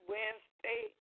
Wednesday